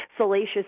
salacious